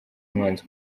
umwanzi